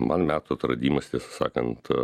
man metų atradimas tiesą sakant